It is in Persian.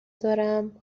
دارم